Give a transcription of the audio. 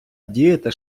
діяти